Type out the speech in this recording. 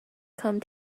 come